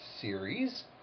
series